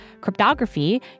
cryptography